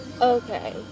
Okay